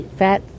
fat